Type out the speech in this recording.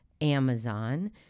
Amazon